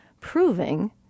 proving